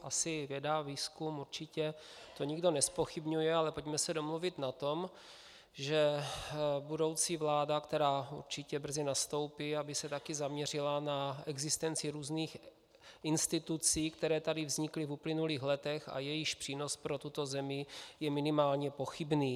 Asi věda a výzkum určitě, to nikdo nezpochybňuje, ale pojďme se domluvit na tom, že budoucí vláda, která určitě brzy nastoupí, aby se taky zaměřila na existenci různých institucí, které tady vznikly v uplynulých letech a jejichž přínos pro tuto zemi je minimálně pochybný.